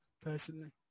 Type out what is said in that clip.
personally